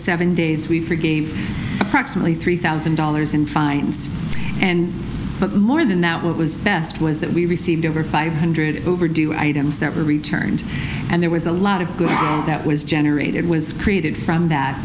seven days we forgave approximately three thousand dollars in fines and but more than that what was best was that we received over five hundred overdue items that were returned and there was a lot of good that was generated was created from that